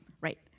Right